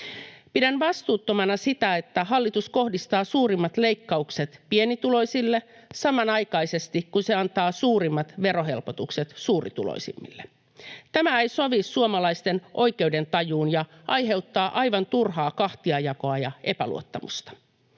Pidän vastuuttomana sitä, että hallitus kohdistaa suurimmat leikkaukset pienituloisille samanaikaisesti, kun se antaa suurimmat verohelpotukset suurituloisimmille. Tämä ei sovi suomalaisten oikeudentajuun ja aiheuttaa aivan turhaa kahtiajakoa ja epäluottamusta,